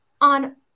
on